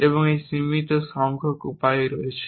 এমন একটি সীমিত সংখ্যক উপায় রয়েছে